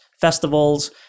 festivals